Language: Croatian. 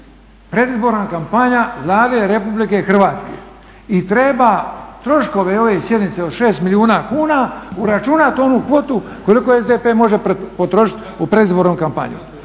predizborna kampanja Vlade RH i treba troškove ove sjednice od 6 milijuna kuna uračunati u onu kvotu koliko SDP može potrošiti u predizbornu kampanju